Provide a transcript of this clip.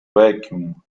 vacuum